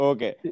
Okay